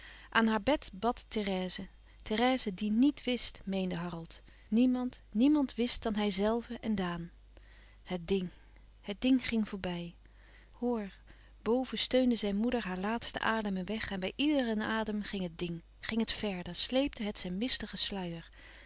aan haar bed bad therèse therèse die niet wist meende harold niemand niemand wist dan hijzelve en daan het ding het ding ging voorbij hoor boven steunde zijn moeder haar laatste ademen weg en bij iederen adem ging het ding ging het verder sleepte het zijn mistigen sluier